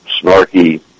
snarky